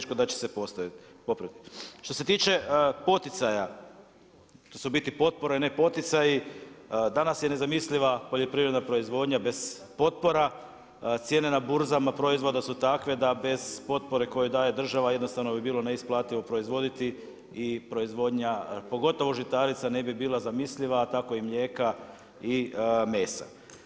Što se tiče poticaja, to su u biti potpore, ne poticaji, danas je nezamisliva poljoprivredna proizvodnja bez potpora, cijene na burzama proizvoda su takve da bez potpore koje daje države jednostavno bi bilo neisplativo proizvoditi i proizvodnja pogotovo žitarica, ne bi bila zamisliva, tako i mlijeka i mesa.